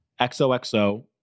XOXO